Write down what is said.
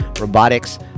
robotics